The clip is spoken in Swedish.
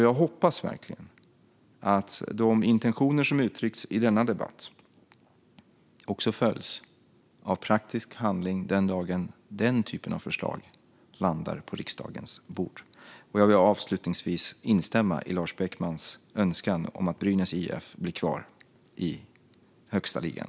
Jag hoppas verkligen att de intentioner som uttrycks i denna debatt också följs av praktisk handling den dag den typen av förslag landar på riksdagens bord. Jag vill avslutningsvis instämma i Lars Beckmans önskan att Brynäs IF blir kvar i högsta ligan.